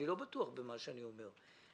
אני לא בטוח במה שאני אומר,